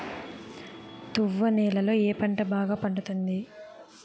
తువ్వ నేలలో ఏ పంట బాగా పండుతుంది?